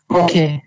okay